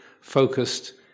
focused